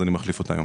אז אני מחליף אותה.